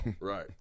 Right